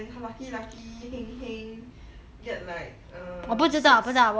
then 他 lucky lucky 哼哼 heng get like err six